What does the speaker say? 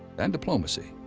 and diplomacy.